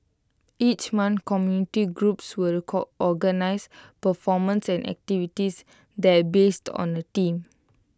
each month community groups will organise performances and activities there based on A theme